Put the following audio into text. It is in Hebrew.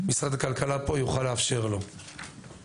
אז משרד הכלכלה פה יוכל לאפשר לו את זה.